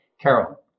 Carol